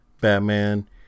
Batman